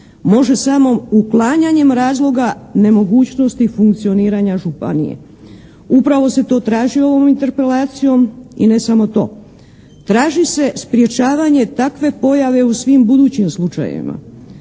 Može samo uklanjanjem razloga nemogućnosti funkcioniranja županije. Upravo se to traži ovom Interpelacijom i ne samo to. Traži se sprječavanje takve pojave u svim budućim slučajevima.